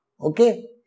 Okay